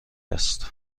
است